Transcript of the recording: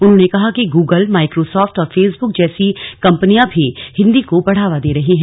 उन्होंने कहा कि गूगल माइक्रोसॉफ्ट और फेसबुक जैसी कंपनियां भी हिन्दी को बढ़ावा दे रही है